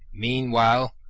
meanwhile,